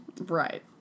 Right